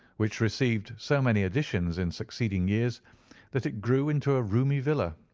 which received so many additions in succeeding years that it grew into a roomy villa.